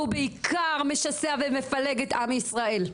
והוא בעיקר משסע ומפלג את עם ישראל.